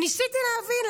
וניסיתי להבין,